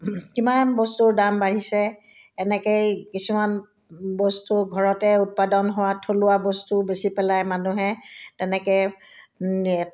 কিমান বস্তুৰ দাম বাঢ়িছে এনেকেই কিছুমান বস্তু ঘৰতে উৎপাদন হোৱা থলুৱা বস্তু বেছি পেলাই মানুহে তেনেকৈ